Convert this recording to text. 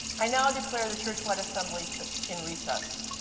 i now declare the churchwide assembly in recess,